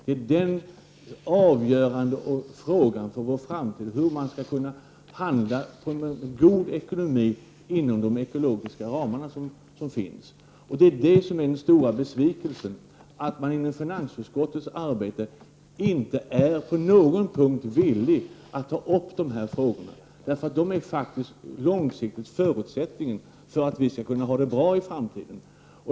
Det är en avgörande fråga för vår framtid hur man skall handla för att få en god ekonomi inom de ekologiska ramar som finns. Det är en stor besvikelse att man i finansutskottets arbete inte på någon punkt är villig att ta upp dessa frågor, som ju långsiktigt är förutsättningen för att vi skall kunna ha det bra i framtiden.